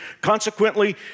Consequently